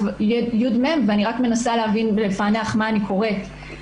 "ים" ואני רק מנסה להבין ולפענח מה אני קוראת.